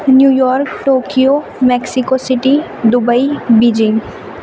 new York Tokyo Mexico City Dubai Beijing